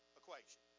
equation